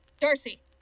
Darcy